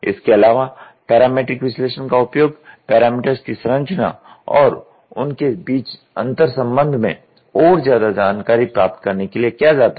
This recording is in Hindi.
इसके अलावा पैरामीट्रिक विश्लेषण का उपयोग पैरामीटर्स की संरचना और उनके बीच अंतर्संबंध में और ज्यादा जानकारी प्राप्त करने के लिए किया जाता है